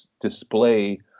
display